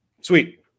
Sweet